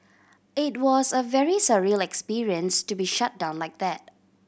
it was a very surreal experience to be shut down like that